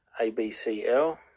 ABCL